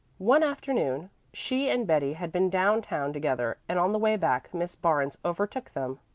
one afternoon she and betty had been down-town together, and on the way back miss barnes overtook them,